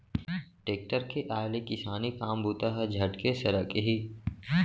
tractor के आय ले किसानी काम बूता ह झटके सरकही